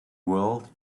world